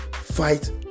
Fight